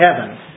heaven